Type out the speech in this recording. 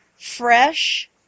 fresh